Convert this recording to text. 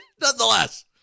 Nonetheless